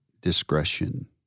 discretion